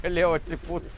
galėjau atsipūst